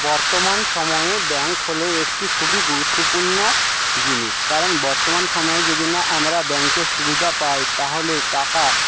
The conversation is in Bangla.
বর্তমান সময়ে ব্যাংক হল একটি খুবই গুরুত্বপূর্ণ জিনিস কারণ বর্তমান সময়ে যদি না আমরা ব্যাংকের সুবিধা পাই তাহলে টাকা